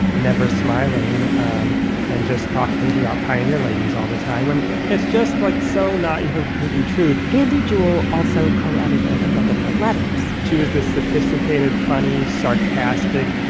a never smiling um and just talk. thank you, our pioneer ladies all the time when it's just like so not even completely true andy jewel also co-edited a book of her letters she was this sophisticated, funny, sarcastic,